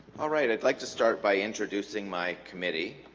all right i'd like to start by introducing my committee